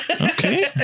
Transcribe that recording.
Okay